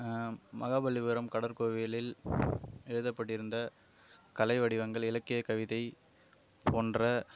மகாபலிபுரம் கடற்கோவிலில் எழுதப்பட்டிருந்த கலை வடிவங்கள் இலக்கியக் கவிதை போன்ற